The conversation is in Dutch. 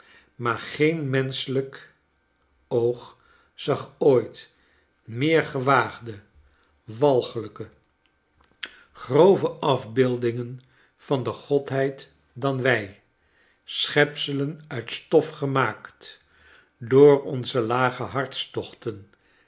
maar geen menschelijk org zag ooit meet gewaagde walgejijke grove afbeeldingen van de g odheid dan wij schepselen uit stof gemaakt door onze lage hartstochten